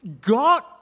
God